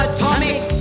Atomic